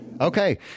okay